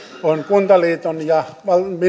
on kuntaliiton ja